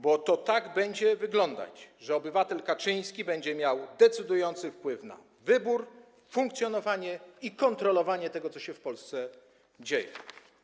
Bo to tak będzie wyglądać, że obywatel Kaczyński będzie miał decydujący wpływ na wybór, funkcjonowanie i kontrolowanie tego, co się w Polsce dzieje.